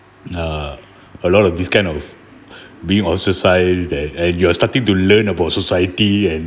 uh a lot of this kind of being ostracized that and you are starting to learn about society and